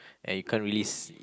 and you can't release it